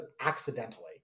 accidentally